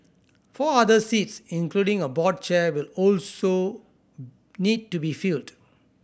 four other seats including a board chair will also need to be filled